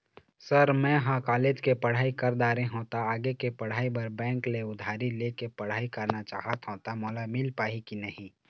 Sir म ह college के पढ़ाई कर दारें हों ता आगे के पढ़ाई बर बैंक ले उधारी ले के पढ़ाई करना चाहत हों ता मोला मील पाही की नहीं?